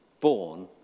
born